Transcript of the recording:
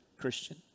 Christian